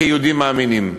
כיהודים מאמינים.